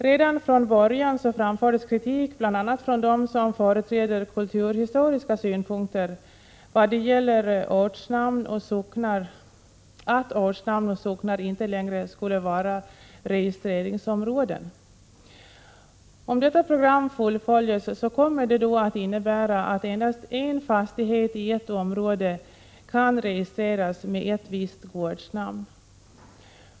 Redan från början framfördes kritik bl.a. från dem som företräder kulturhistoriska synpunkter när det gäller att ortsnamn och socknar inte längre skulle vara registreringsområden. Om detta program fullföljs kommer det att innebära att endast en fastighet i ett område kan registreras med ett visst gårdsnamn.